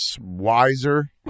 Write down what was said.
wiser